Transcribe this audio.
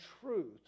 truth